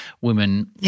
women